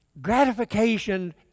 gratification